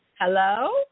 Hello